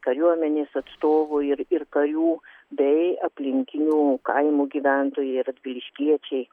kariuomenės atstovų ir ir karių bei aplinkinių kaimų gyventojai radviliškiečiai